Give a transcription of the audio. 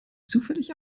zufällig